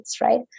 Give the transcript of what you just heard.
right